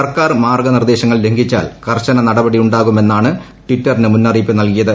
സർക്കാർ മാർഗ്ഗ നിർദ്ദേശങ്ങൾ ലംഘിച്ചാൽ കർശന നടപടിയുണ്ടാകുമെന്നാണ് ടിറ്ററിന മുന്നറിയിപ്പ് നൽകിയത്